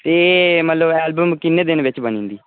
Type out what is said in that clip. ते मतलब एल्बम किन्ने दिन बिच्च बनदी